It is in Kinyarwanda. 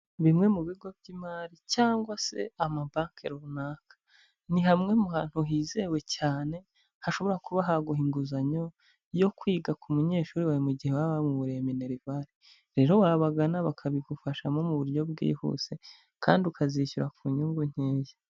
Bimwe mu bigo by'imari cyangwa se amabanki runaka, ni hamwe mu hantu hizewe cyane hashobora kuba haguha inguzanyo yo kwiga ku munyeshuri wawe mu gihe waba wamuburiye minerivare, rero wabagana bakabigufashamo mu buryo bwihuse kandi ukazishyura ku nyungu nkeya.